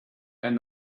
and